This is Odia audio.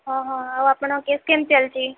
ହଁ ହଁ ଆଉ ଆପଣଙ୍କ କେସ କେମିତି ଚାଲିଛି